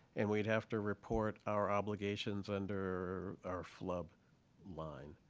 and we'd have to report our obligations under our flub line.